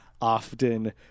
often